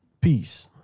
Peace